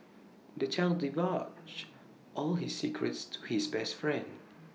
the child divulged all his secrets to his best friend